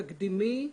תקדימי,